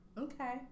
Okay